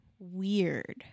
weird